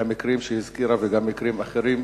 והמקרים שהיא הזכירה וגם מקרים אחרים,